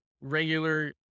regular